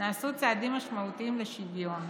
נעשו צעדים משמעותיים לשוויון,